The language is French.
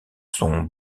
sont